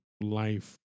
life